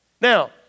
Now